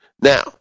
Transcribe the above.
Now